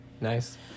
Nice